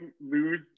lose